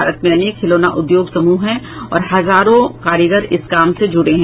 भारत में अनेक खिलौना उद्योग समूह हैं और हजारों कारीगर इस काम से जुड़े हैं